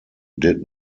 did